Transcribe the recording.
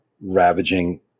ravaging